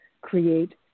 create